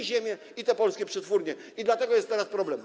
i ziemię, i polskie przetwórnie, i dlatego jest teraz problem.